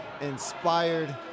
inspired